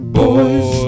boys